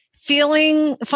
Feeling